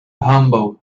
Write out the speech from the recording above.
humble